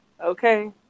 Okay